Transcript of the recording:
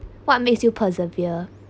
what makes you persevere